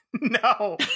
No